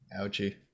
Ouchie